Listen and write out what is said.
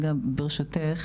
ברשותך,